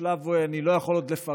בשלב זה אני עוד לא יכול לפרט,